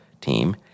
team